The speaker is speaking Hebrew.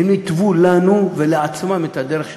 הם התוו לנו ולעצמם את הדרך שלהם.